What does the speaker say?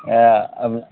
হ্যাঁ আপনি